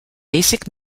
basic